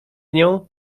nią